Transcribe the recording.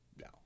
No